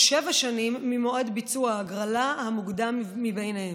או שבע שנים ממועד ביצוע ההגרלה, המוקדם מהם.